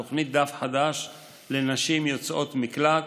תוכנית "דף חדש" לנשים יוצאות מקלט,